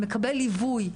מקבל ליווי,